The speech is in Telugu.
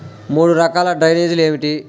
మూడు రకాల డ్రైనేజీలు ఏమిటి?